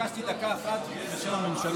שר הפנים משה ארבל: ביקשתי דקה אחת בשם הממשלה.